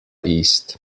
east